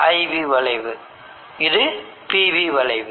இது IV வளைவு இது PV வளைவு